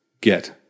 Get